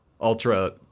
Ultra